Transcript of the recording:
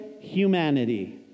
humanity